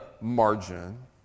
margin